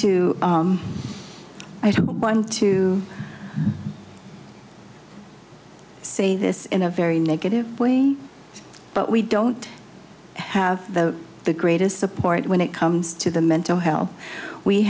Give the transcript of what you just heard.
one to say this in a very negative way but we don't have the the greatest support when it comes to the mental health we